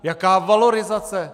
Jaká valorizace?